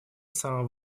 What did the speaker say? самом